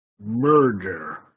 murder